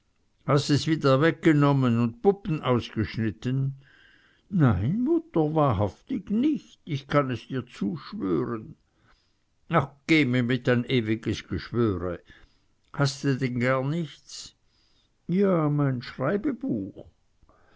hast es wieder weggenommen un puppen ausgeschnitten nein mutter wahr un wahrhaftig nich ich kann es dir zuschwören ach geh mir mit dein ewiges geschwöre haste denn gar nichts ja mein schreibebuch